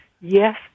Yes